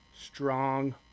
strong